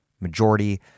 majority